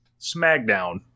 SmackDown